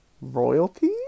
royalty